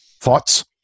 Thoughts